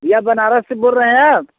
भैया बनारस से बोल रहे हैं आप